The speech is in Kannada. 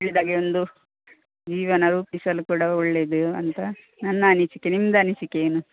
ಒಳ್ಳೆಯದಾಗಿ ಒಂದು ಜೀವನ ರೂಪಿಸಲು ಕೂಡ ಒಳ್ಳೆಯದು ಅಂತ ನನ್ನ ಅನಿಸಿಕೆ ನಿಮ್ದು ಅನಿಸಿಕೆ ಏನು